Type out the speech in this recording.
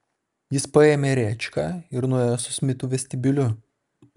jis paėmė rėčką ir nuėjo su smitu vestibiuliu